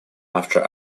after